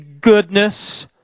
goodness